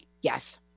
Yes